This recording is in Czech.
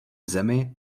zemi